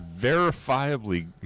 verifiably